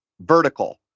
vertical